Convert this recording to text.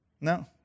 No